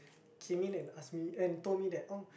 came in and ask me and told me that oh